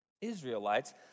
Israelites